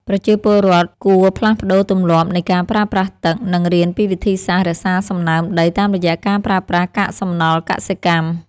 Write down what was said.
ប្រជាពលរដ្ឋគួរផ្លាស់ប្តូរទម្លាប់នៃការប្រើប្រាស់ទឹក និងរៀនពីវិធីសាស្ត្ររក្សាសំណើមដីតាមរយៈការប្រើប្រាស់កាកសំណល់កសិកម្ម។